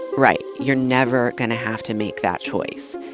right, you're never gonna have to make that choice.